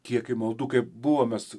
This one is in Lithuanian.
kiekį maldų kaip buvom mes